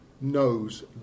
knows